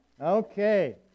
Okay